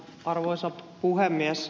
arvoisa puhemies